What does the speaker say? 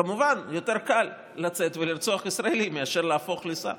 כמובן יותר קל לצאת ולרצוח ישראלי מלהפוך לשר.